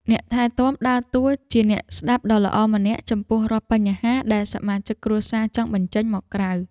អ្នកថែទាំដើរតួជាអ្នកស្តាប់ដ៏ល្អម្នាក់ចំពោះរាល់បញ្ហាដែលសមាជិកគ្រួសារចង់បញ្ចេញមកក្រៅ។